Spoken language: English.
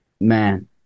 Man